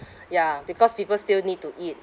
ya because people still need to eat